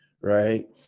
right